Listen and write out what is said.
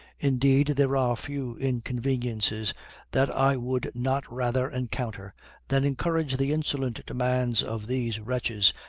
indeed, there are few inconveniences that i would not rather encounter than encourage the insolent demands of these wretches,